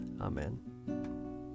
amen